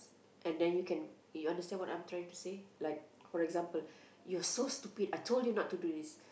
and then you can you want to say what I'm trying to say like for example you're so stupid I told you not to do this